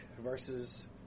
versus